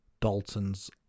Dalton's